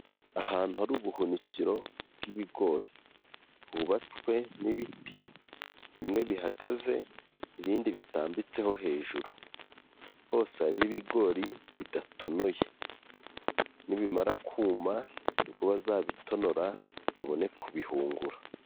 Ahantu hari ubuhunikiro bw'ibigori, hubatswe n'ibiti, bimwe bihagaze, ibindi bitambitseho hejuru, hose hariho ibigori bidatonoye, nibimara kuma ni bwo bazabitonora babone kubihungura.